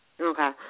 Okay